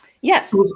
Yes